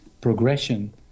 progression